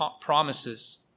promises